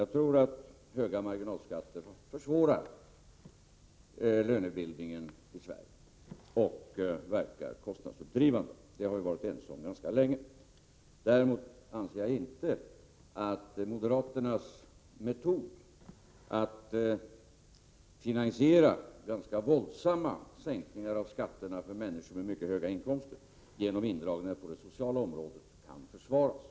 Jag tror att höga marginalskatter försvårar lönebildningen i Sverige och verkar kostnadsuppdrivande. Att det är på detta sätt har vi varit ense om ganska länge. Däremot anser jag inte att moderaternas metod att finansiera ganska våldsamma sänkningar av skatter för människor med mycket höga inkomster genom indragningar på det sociala området kan försvaras.